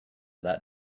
that